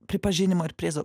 pripažinimo ir prizų